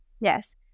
Yes